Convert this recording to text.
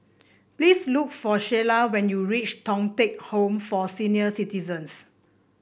please look for Shayla when you reach Thong Teck Home for Senior Citizens